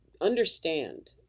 understand